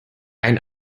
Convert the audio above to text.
ein